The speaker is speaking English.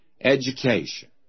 education